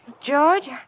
George